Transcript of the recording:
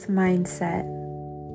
mindset